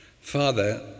Father